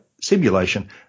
simulation